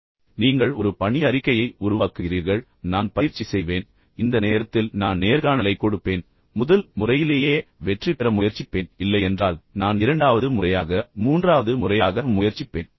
சரி எனவே நீங்கள் ஒரு பணி அறிக்கையை உருவாக்குகிறீர்கள் எனவே நான் பயிற்சி செய்வேன் நான் இதைப் போல தயார் செய்வேன் இந்த நேரத்தில் நான் நேர்காணலைக் கொடுப்பேன் முதல் முறையிலேயே வெற்றி பெற முயற்சிப்பேன் இல்லையென்றால் நான் இரண்டாவது முறையாக மூன்றாவது முறையாக முயற்சிப்பேன்